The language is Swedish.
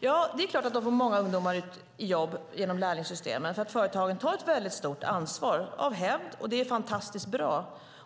Ja, det är klart att de får ut många ungdomar i jobb genom lärlingssystemet, därför att företagen tar ett väldigt stort ansvar av hävd. Det är fantastiskt bra.